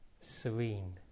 serene